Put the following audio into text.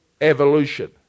Evolution